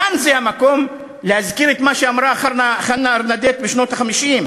כאן זה המקום להזכיר את מה שאמרה חנה ארנדט בשנות ה-50,